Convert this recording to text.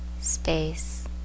space